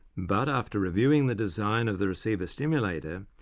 but after reviewing the design of the receiver-stimulator,